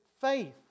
faith